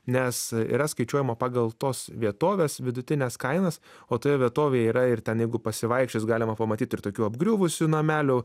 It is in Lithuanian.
nes yra skaičiuojama pagal tos vietovės vidutines kainas o toje vietovėje yra ir ten jeigu pasivaikščiojus galima pamatyt ir tokių apgriuvusių namelių